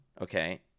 okay